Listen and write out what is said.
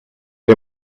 der